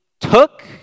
took